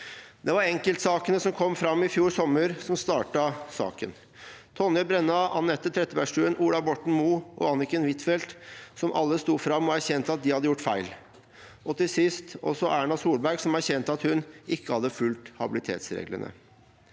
Det var enkeltsakene som kom fram i fjor sommer, som startet saken. Tonje Brenna, Anette Trettebergstuen, Ola Borten Moe og Anniken Huitfeldt sto alle fram og erkjente at de hadde gjort feil. Til sist erkjente også Erna Solberg at hun ikke hadde fulgt habilitetsreglene.